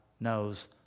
knows